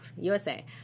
USA